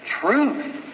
truth